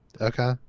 Okay